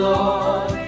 Lord